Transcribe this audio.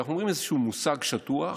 אנחנו אומרים איזשהו מושג שטוח,